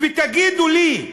תגידו לי: